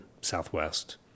Southwest